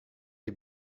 les